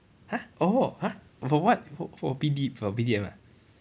!huh! orh !huh! for what for for B D for B_D_M ah